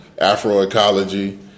Afroecology